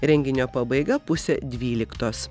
renginio pabaiga pusė dvyliktos